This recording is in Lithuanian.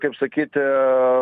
kaip sakyt